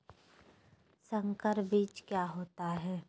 संकर बीज क्या होता है?